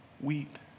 Weep